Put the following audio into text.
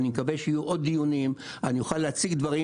אבל אני מקווה שיהיו עוד דיונים ואוכל להציג דברים,